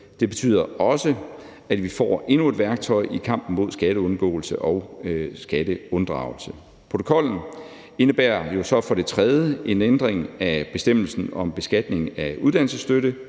Det betyder også, at vi får endnu et værktøj i kampen mod skatteundgåelse og skatteunddragelse. Protokollen indebærer så for det tredje en ændring af bestemmelsen om beskatning af uddannelsesstøtte,